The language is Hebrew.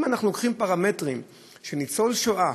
אם אנחנו לוקחים פרמטרים שניצול שואה